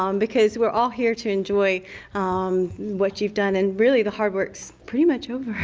um because we're all here to enjoy what you've done and really the hard work's pretty much over.